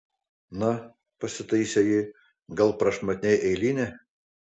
na pasitaisė ji gal prašmatniai eilinė